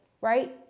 right